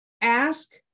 ask